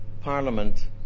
Parliament